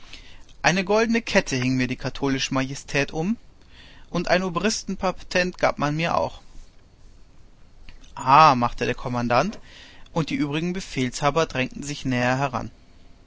eine goldene kette hing mir die katholische majestät um und ein obristenpatent gab man mir auch ah machte der kommandant und die übrigen befehlshaber drängten näher heran